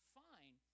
fine